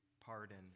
pardon